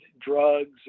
drugs